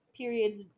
periods